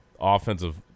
offensive